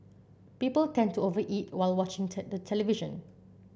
people tend to over eat while watching the the television